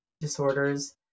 disorders